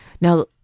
Now